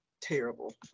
Terrible